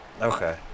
Okay